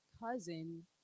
cousin